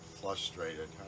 frustrated